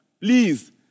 please